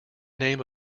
name